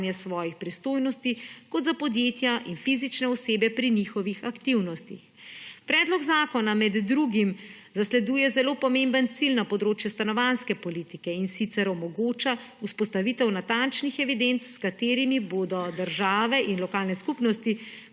svojih pristojnosti; kot za podjetja in fizične osebe pri njihovih aktivnostih. Predlog zakona med drugim zasleduje zelo pomemben cilj na področju stanovanjske politike, in sicer omogoča vzpostavitev natančnih evidenc, s katerimi bodo države in lokalne skupnosti